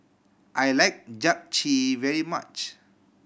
I like Japchae very much